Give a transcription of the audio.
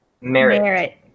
Merit